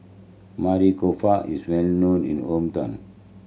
Maili Kofta is well known in hometown